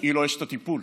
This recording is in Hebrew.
היא לא אשת הטיפול,